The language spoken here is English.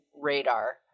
radar